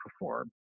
perform